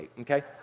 okay